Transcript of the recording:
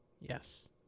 Yes